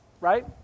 right